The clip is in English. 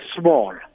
small